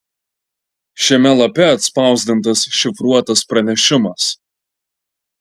šiame lape atspausdintas šifruotas pranešimas